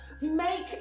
make